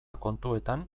kontuetan